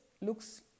looks